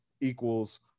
equals